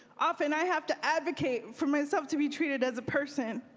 often i have to advocate for myself to be treated as a person.